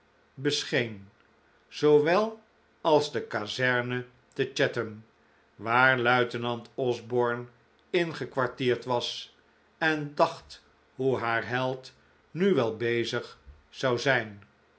bescheen zoowel als de kazerne te chatham waar luitenant osborne ingekwartierd was en dacht hoe haar held nu wel bezig zou zijn